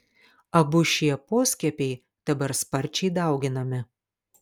abu šie poskiepiai dabar sparčiai dauginami